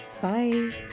Bye